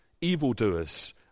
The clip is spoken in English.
evildoers